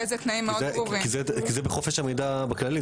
כי זה בחופש המידע בכללי,